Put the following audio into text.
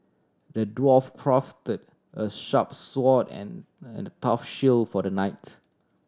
the dwarf crafted a sharp sword and and a tough shield for the knights